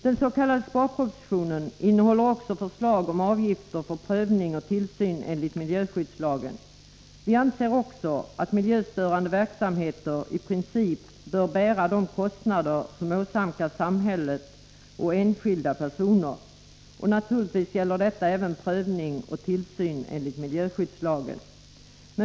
Den s.k. sparpropositionen innehåller också förslag om avgifter för prövning och tillsyn enligt miljöskyddslagen. Vi anser att miljöstörande verksamheter i princip bör bära de kostnader som åsamkas samhället och enskilda personer. Naturligtvis gäller detta även prövning och tillsyn enligt miljöskyddslagen.